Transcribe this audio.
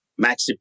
Maxi